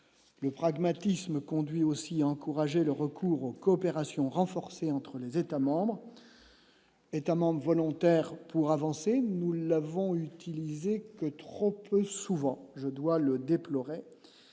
Le pragmatisme conduit aussi encourager le recours aux coopérations renforcées entre les États-membres États-membres volontaires pour avancer, nous l'avons utilisé que trop souvent, je dois le déplorer